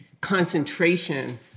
concentration